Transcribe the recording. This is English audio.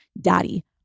daddy